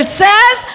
says